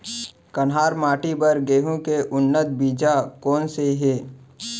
कन्हार माटी बर गेहूँ के उन्नत बीजा कोन से हे?